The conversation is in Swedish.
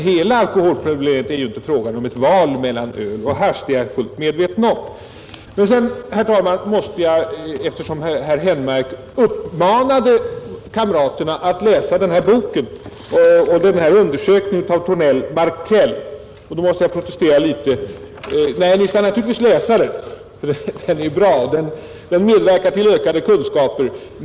Hela alkoholproblemet är emellertid inte en fråga om valet mellan öl och hasch; det är jag fullt medveten om. Herr Henmark uppmanade kammarens ledamöter att läsa den lilla boken som var utgiven av Thornell—Markén. Ni skall naturligtvis läsa den — den kan ge ökade kunskaper.